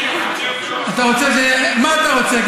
כסף לנכים ולעניים יותר טוב, מה אתה רוצה?